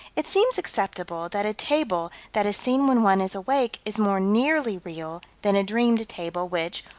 it seems acceptable that a table that is seen when one is awake is more nearly real than a dreamed table, which,